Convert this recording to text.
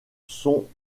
sont